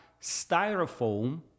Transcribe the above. styrofoam